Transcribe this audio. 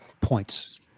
points